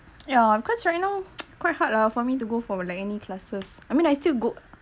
ya because right now quite hard lah for me to go for like any classes I mean I still go